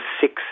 six